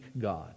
God